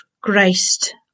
Christ